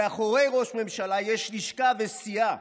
מאחורי ראש הממשלה יש לשכה וסיעה.